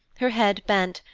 her head bent,